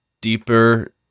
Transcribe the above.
deeper